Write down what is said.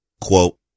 Quote